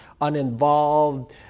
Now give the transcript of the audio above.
uninvolved